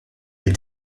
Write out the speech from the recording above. est